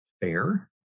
fair